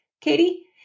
Katie